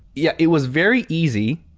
yeah it was very easy,